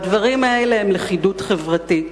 והדברים האלה הם לכידות חברתית,